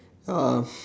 uh